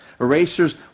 erasers